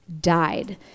died